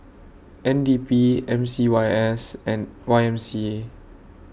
N D P M C Y S and Y M C A